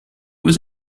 was